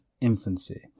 infancy